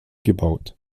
gebaut